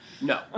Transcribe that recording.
No